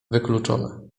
wykluczone